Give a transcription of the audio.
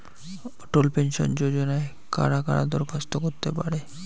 অটল pension যোজনায় কারা কারা দরখাস্ত করতে পারে?